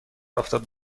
آفتاب